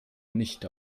nicht